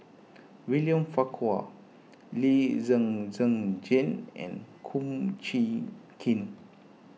William Farquhar Lee Zhen Zhen Jane and Kum Chee Kin